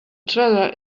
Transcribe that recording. treasure